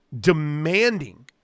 demanding